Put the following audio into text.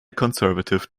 conservative